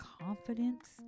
confidence